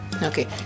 okay